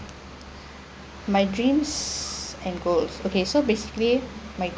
my dreams and goals okay so basically my